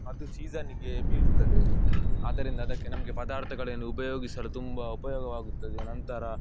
ಅದು ಸೀಸನ್ನಿಗೆ ಬೀಳುತ್ತದೆ ಆದ್ದರಿಂದ ಅದಕ್ಕೆ ನಮಗೆ ಪದಾರ್ಥಗಳೇನು ಉಪಯೋಗಿಸಲು ತುಂಬ ಉಪಯೋಗವಾಗುತ್ತದೆ ನಂತರ